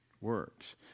works